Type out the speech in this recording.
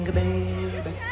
baby